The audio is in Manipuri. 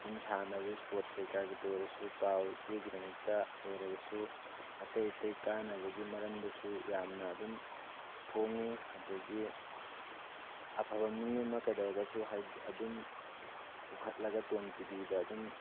ꯑꯗꯨꯝ ꯁꯥꯟꯅꯕ ꯁ꯭ꯄꯣꯔꯠ ꯀꯩꯀꯥꯒꯤꯇ ꯑꯣꯏꯔꯁꯨ ꯄꯥꯎ ꯆꯦꯒꯤꯗꯃꯛꯇ ꯑꯣꯏꯔꯒꯁꯨ ꯑꯇꯩ ꯑꯇꯩ ꯀꯥꯟꯅꯕꯒꯤ ꯃꯔꯝꯗꯁꯨ ꯌꯥꯝꯅ ꯑꯗꯨꯝ ꯐꯣꯡꯉꯤ ꯑꯗꯒꯤ ꯑꯐꯕ ꯃꯤ ꯑꯃ ꯀꯩꯗꯧꯔꯒꯁꯨ ꯍꯥꯏꯗꯤ ꯑꯗꯨꯝ ꯄꯨꯈꯠꯂꯒ ꯇꯣꯝ ꯇꯤꯕꯤꯗ ꯑꯗꯨꯝ